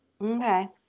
Okay